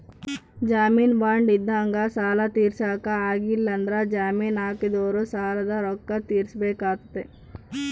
ಜಾಮೀನು ಬಾಂಡ್ ಇದ್ದಂಗ ಸಾಲ ತೀರ್ಸಕ ಆಗ್ಲಿಲ್ಲಂದ್ರ ಜಾಮೀನು ಹಾಕಿದೊರು ಸಾಲದ ರೊಕ್ಕ ತೀರ್ಸಬೆಕಾತತೆ